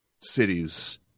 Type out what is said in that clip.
cities